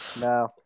No